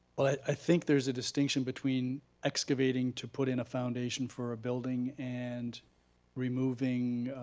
but i think there's a distinction between excavating to put in a foundation for a building and removing